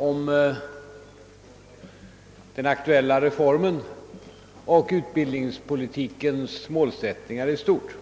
över den aktuella reformen och utbildningspolitikens målsättningar 1 stort.